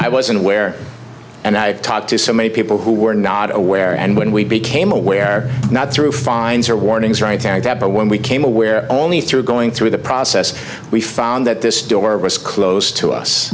i wasn't aware and i have talked to so many people who were not aware and when we became aware not through fines or warnings right and that but when we came aware only through going through the process we found that this door was closed to us